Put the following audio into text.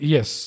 Yes